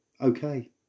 okay